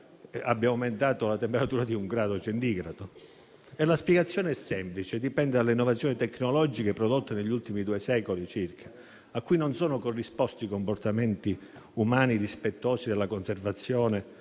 abbiamo aumentato la temperatura di un grado centigrado. La spiegazione è semplice: dipende dalle innovazione tecnologiche prodotte negli ultimi due secoli circa, a cui non sono corrisposti comportamenti umani rispettosi della conservazione